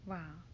Wow